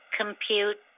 compute